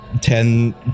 ten